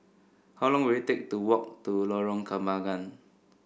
how long will it take to walk to Lorong Kembagan